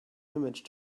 image